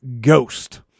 ghost